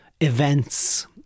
events